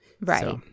Right